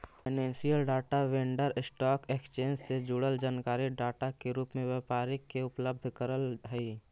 financial data vendor stock exchange से जुड़ल जानकारी डाटा के रूप में व्यापारी के उपलब्ध करऽ हई